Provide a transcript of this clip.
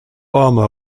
armor